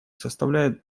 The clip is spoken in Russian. составляют